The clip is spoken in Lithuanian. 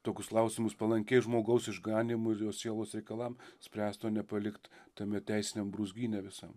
tokius klausimus palankiai žmogaus išganymui ir jo sielos reikalam spręst o nepalikt tame teisiniam brūzgyne visam